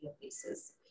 places